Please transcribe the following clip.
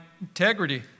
integrity